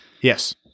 yes